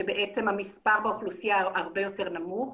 כשבעצם מספרם באוכלוסייה הרבה יותר נמוך.